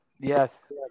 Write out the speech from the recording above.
Yes